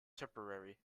tipperary